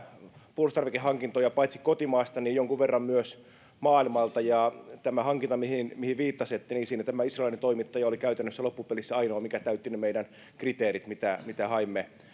puolustustarvikehankintoja paitsi kotimaasta jonkun verran myös maailmalta ja tässä hankinnassa mihin viittasitte tämä israelilainen toimittaja oli loppupelissä käytännössä ainoa mikä täytti meidän kriteerimme mitä mitä